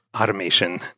automation